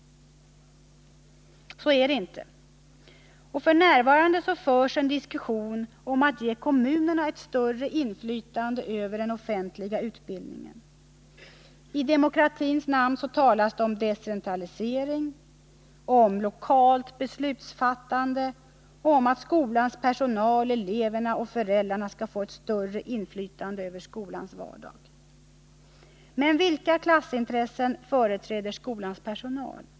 Så är det inte. F. n. förs en diskussion om att ge kommunerna ett större inflytande över den offentliga utbildningen. I demokratins namn talas det om decentralisering, om lokalt beslutsfattande och om att skolans personal, eleverna och föräldrarna skall få ett större inflytande över skolans vardag. Men vilka klassintressen företräder skolans personal?